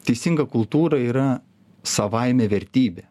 teisinga kultūra yra savaime vertybė